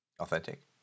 Authentic